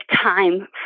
time